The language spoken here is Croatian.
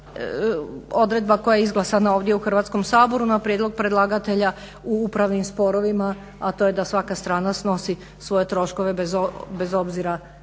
je odredba koja je izglasana ovdje u Hrvatskom saboru na prijedlog predlagatelja u upravnim sporovima a to je da svaka strana snosi svoje troškove bez obzira